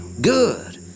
Good